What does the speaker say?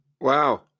Wow